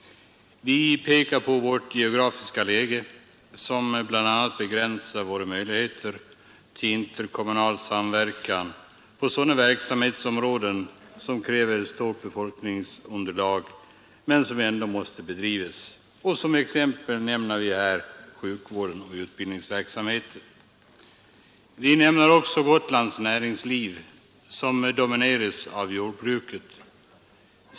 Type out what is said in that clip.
Vi pekar på vårt geografiska läge, som bl.a. begränsar våra möjligheter till interkommunal samverkan på sådana verksamhetsområden som kräver ett stort befolkningsunderlag men som ändå måste bedrivas, och som exempel nämner vi här sjukvården och utbildningsverksamheten. Vi nämner också Gotlands näringsliv, som domineras av jordbruket.